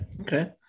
Okay